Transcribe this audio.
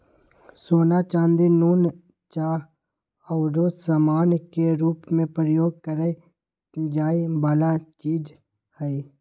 सोना, चानी, नुन, चाह आउरो समान के रूप में प्रयोग करए जाए वला चीज हइ